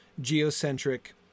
geocentric